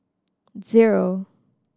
zero